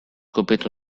kopiatu